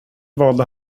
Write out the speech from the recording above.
valde